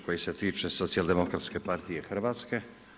Koji se tiče socijal-demokratske partije Hrvatske.